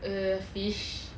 a fish